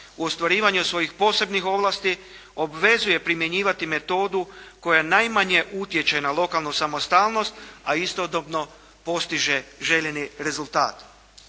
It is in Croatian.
u ostvarivanju svojih posebnih ovlasti obvezuje primjenjivati metodu koja najmanje utječe na lokalnu samostalnost, a istodobno postiže željeni rezultat.